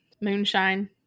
moonshine